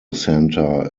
centre